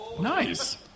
Nice